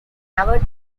never